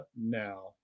now